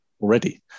already